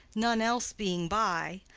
none else being by,